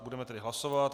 Budeme tedy hlasovat.